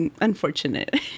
unfortunate